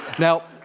now,